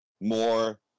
more